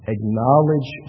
Acknowledge